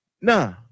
Nah